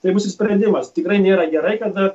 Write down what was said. tai bus ir sprendimas tikrai nėra gerai kad